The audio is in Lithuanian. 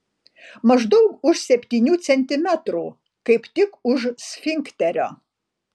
maždaug už septynių centimetrų kaip tik už sfinkterio